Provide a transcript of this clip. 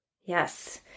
Yes